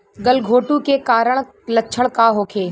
गलघोंटु के कारण लक्षण का होखे?